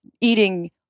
eating